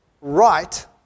right